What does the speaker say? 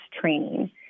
training